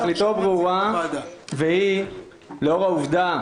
תכליתו ברורה, והיא לאור העובדה